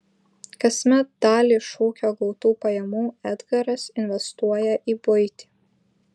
kasmet dalį iš ūkio gautų pajamų edgaras investuoja į buitį